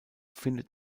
findet